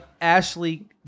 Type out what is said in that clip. Ashley